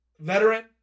veteran